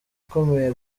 ikomeye